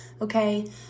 okay